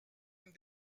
une